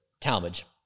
Talmadge